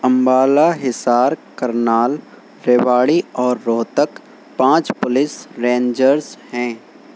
امبالہ حصار کرنال ریواڑی اور روہتک پانچ police ranges ہیں